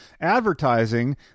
advertising